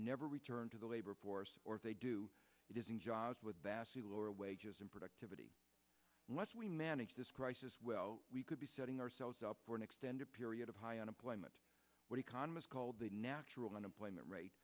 never return to the labor force or if they do it is in jobs with bassie lower wages and productivity lest we manage this crisis well we could be setting ourselves up for an extended period of high unemployment what economists call the natural unemployment rate